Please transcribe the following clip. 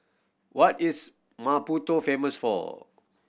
what is Maputo famous for